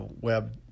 web